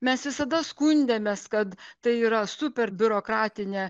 mes visada skundėmės kad tai yra super biurokratinė